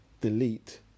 delete